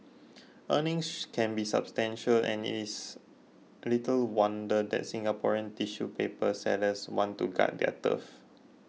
earnings can be substantial and it is little wonder that Singaporean in tissue paper sellers want to guard their turf